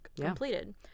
completed